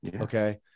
Okay